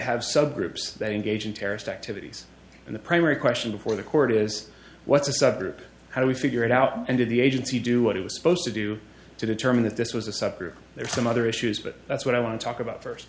have subgroups that engage in terrorist activities and the primary question before the court is what's a subgroup how do we figure it out and do the agency do what it was supposed to do to determine that this was a subgroup there's some other issues but that's what i want to talk about first